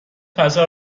فضا